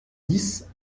dix